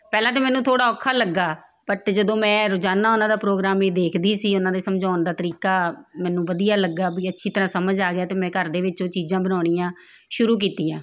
ਪਹਿਲਾਂ ਤਾਂ ਮੈਨੂੰ ਥੋੜ੍ਹਾ ਔਖਾ ਲੱਗਾ ਬਟ ਜਦੋਂ ਮੈਂ ਰੋਜ਼ਾਨਾ ਉਹਨਾਂ ਦਾ ਪ੍ਰੋਗਰਾਮ ਹੀ ਦੇਖਦੀ ਸੀ ਉਹਨਾਂ ਦੇ ਸਮਝਾਉਣ ਦਾ ਤਰੀਕਾ ਮੈਨੂੰ ਵਧੀਆ ਲੱਗਾ ਵੀ ਅੱਛੀ ਤਰ੍ਹਾਂ ਸਮਝ ਆ ਗਿਆ ਅਤੇ ਮੈਂ ਘਰ ਦੇ ਵਿੱਚ ਉਹ ਚੀਜ਼ਾਂ ਬਣਾਉਣੀਆਂ ਸ਼ੁਰੂ ਕੀਤੀਆਂ